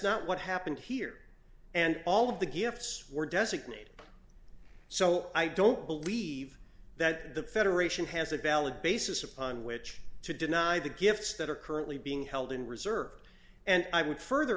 not what happened here and all of the gifts were designated so i don't believe that the federation has a valid basis upon which to deny the gifts that are currently being held in reserve and i would further